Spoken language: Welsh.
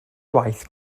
gwaith